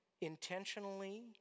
intentionally